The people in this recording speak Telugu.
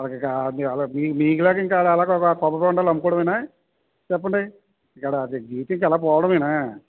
మీకు లాగే ఇంకా కొబ్బరి వాడు అలాగా కొబ్బరిబొండాలు అమ్ముకోవడమేనా చెప్పండి ఇంకా వాడి జీవితం అలా పోవడమేనా